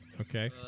Okay